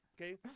Okay